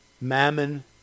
Mammon